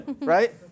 right